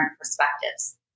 perspectives